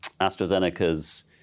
AstraZeneca's